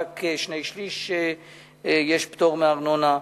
רק לשני-שלישים יש פטור מארנונה.